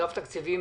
אגף התקציבים,